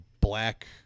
black